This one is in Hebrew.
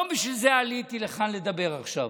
לא בשביל זה עליתי לכאן לדבר עכשיו,